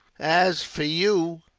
as for you,